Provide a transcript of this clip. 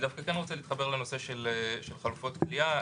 אני דווקא רוצה להתחבר לנושא של חלופות כליאה.